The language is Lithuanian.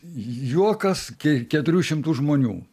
juokas kė keturių šimtų žmonių